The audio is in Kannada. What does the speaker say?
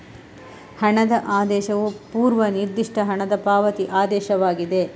ಹಣದ ಆದೇಶವು ಪೂರ್ವ ನಿರ್ದಿಷ್ಟ ಹಣದ ಪಾವತಿ ಆದೇಶವಾಗಿದೆ